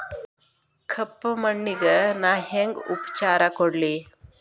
ಕಪ್ಪ ಮಣ್ಣಿಗ ನಾ ಹೆಂಗ್ ಉಪಚಾರ ಕೊಡ್ಲಿ?